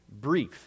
brief